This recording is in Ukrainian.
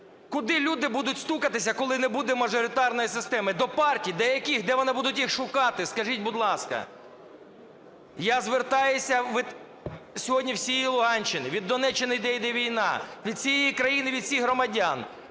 Куди люди будуть стукатися, коли не буде мажоритарної системи? До партій? До яких? Де вони будуть їх шукати, скажіть, будь ласка. Я звертаюся від сьогодні всієї Луганщини, від Донеччини, де йде війна, від всієї країни, від всіх громадян,